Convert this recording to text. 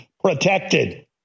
protected